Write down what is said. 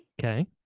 okay